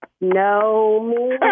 No